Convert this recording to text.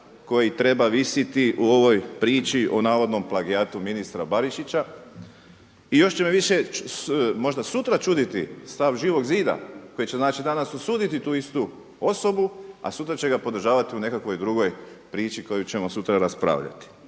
koji treba visiti u ovoj priči o navodnom plagijatu ministra Barišić i još će me više možda sutra čuditi stav Živog zida, koji će znači danas osuditi tu istu osobu, a sutra će ga podržavati u nekakvoj drugoj priči koju ćemo sutra raspravljati.